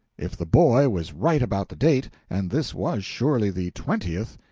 if the boy was right about the date, and this was surely the twentieth,